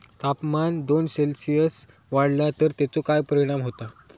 तापमान दोन सेल्सिअस वाढला तर तेचो काय परिणाम होता?